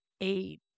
Eight